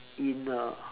in the